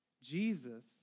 Jesus